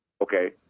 Okay